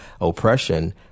oppression